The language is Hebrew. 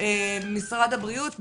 ממשרד הבריאות,